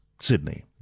Sydney